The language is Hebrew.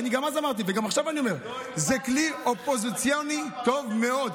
אני גם אז אמרתי וגם עכשיו אני אומר שזה כלי אופוזיציוני טוב מאוד.